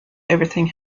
everything